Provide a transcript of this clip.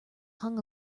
hung